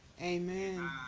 Amen